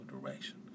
direction